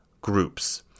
groups